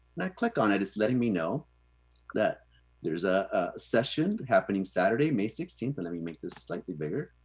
and i click on it, and it's letting me know that there's a session happening saturday, may, sixteenth. and let me make this slightly bigger.